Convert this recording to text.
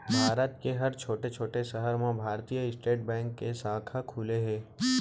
भारत के हर छोटे छोटे सहर म भारतीय स्टेट बेंक के साखा खुले हे